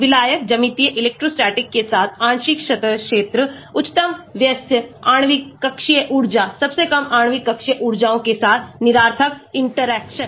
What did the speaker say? विलायक ज्यामितीय इलेक्ट्रोस्टैटिक के साथ आंशिक सतह क्षेत्र उच्चतम व्यस्त आणविक कक्षीय ऊर्जा सबसे कम आणविक कक्षीय ऊर्जाओं के साथ निरर्थक इंटरेक्शन